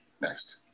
Next